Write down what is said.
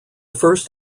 first